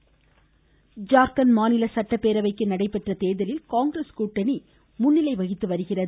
ஜார்கண்ட் ஜார்கண்ட் மாநில சட்டப்பேரவைக்கு நடைபெற்ற தேர்தலில் காங்கிரஸ் கூட்டணி முன்னிலை வகித்து வருகிறது